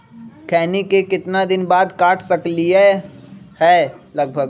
खैनी को कितना दिन बाद काट सकलिये है लगभग?